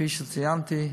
כפי שציינתי,